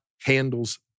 handles